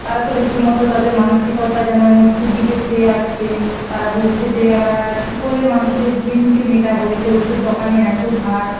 তারা তো রীতিমতো তাদের মানসিকতা যেন মৃত্যুর দিকে ছেয়ে আসছে তারা বলছে যে আমরা কী করে মানুষের ঋণকে মেটাবো এই যে ওষুধ দোকানে এতো ধার